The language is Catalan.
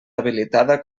habilitada